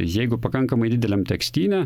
jeigu pakankamai dideliam tekstyne